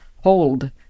hold